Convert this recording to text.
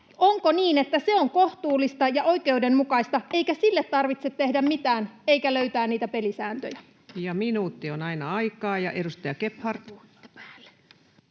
Onko niin, että se on kohtuullista ja oikeudenmukaista eikä sille tarvitse tehdä mitään eikä löytää niitä pelisääntöjä? [Speech 326] Speaker: Ensimmäinen